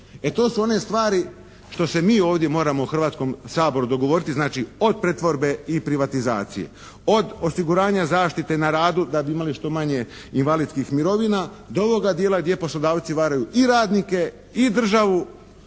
E to su one stvari što se mi ovdje moramo u Hrvatskom saboru dogovoriti. Znači od pretvorbe i privatizacije, od osiguranja zaštite na radu da bi imali što manje invalidskih mirovina do ovoga dijela gdje poslodavci varaju i radnike i državu,